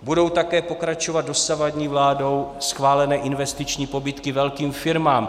Budou také pokračovat dosavadní vládou schválené investiční pobídky velkým firmám.